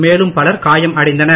மேலும் பலர் காயம் அடைந்தனர்